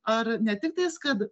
ar netiktais kad